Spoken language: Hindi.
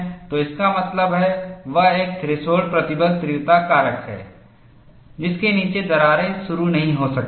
तो इसका मतलब है वहाँ एक थ्रेशोल्ड प्रतिबल तीव्रता कारक है जिसके नीचे दरारें शुरू नहीं हो सकती हैं